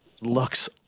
looks